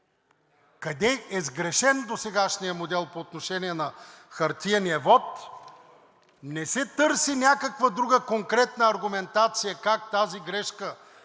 къде е сгрешен досегашният модел по отношение на хартиения вот, не се търси някаква друга конкретна аргументация как тази грешка да